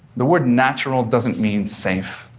the word natural doesn't mean safe,